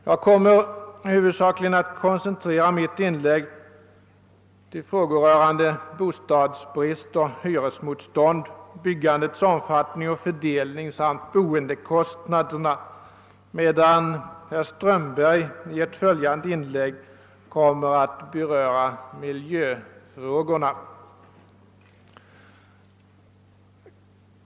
Jag kommer huvudsakligen att koncentrera mitt inlägg till frågor rörande bostadsbrist och hyresmotstånd, byggandets omfattning och fördelning samt boendekostnaderna, medan herr Strömberg i ett följande inlägg kommer att beröra miljöfrågorna.